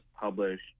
published